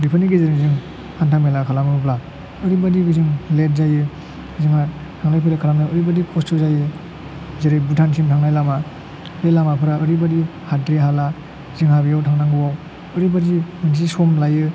बेफोरनि गेजेरजों जोङो हान्था मेला खालामोब्ला ओरैबायदि जों लेट जायो जोंहा थांलाय फैलाय खालामनायाव ओरैबायदि खस्थ' जायो जेरै भुटानथिं थांनाय लामा बे लामाफोरा ओरैबायदि हाद्रि हाला जोंहा बेव थांनांगौवाव ओरैबायदि सम लायो